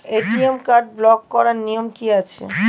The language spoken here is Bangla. এ.টি.এম কার্ড ব্লক করার নিয়ম কি আছে?